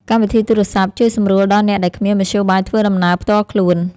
កម្មវិធីទូរសព្ទ ជួយសម្រួលដល់អ្នកដែលគ្មានមធ្យោបាយធ្វើដំណើរផ្ទាល់ខ្លួន។